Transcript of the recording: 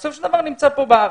בסופו של דבר הוא נמצא פה בארץ.